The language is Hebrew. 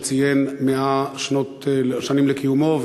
שציין 100 שנים לקיומו,